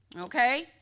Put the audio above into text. okay